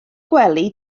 gwely